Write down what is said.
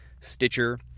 Stitcher